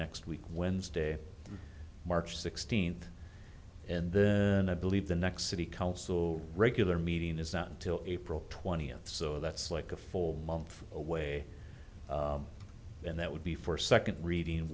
next week wednesday march sixteenth and then i believe the next city council regular meeting is not until april twentieth so that's like a full month away then that would be for second reading